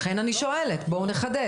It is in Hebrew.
לכן אני שואלת, בואו נחדד.